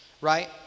right